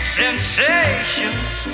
sensations